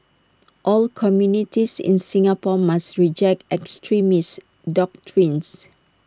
all communities in Singapore must reject extremist doctrines